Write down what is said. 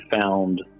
found